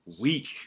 week